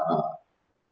uh